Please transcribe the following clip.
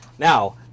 Now